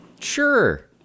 Sure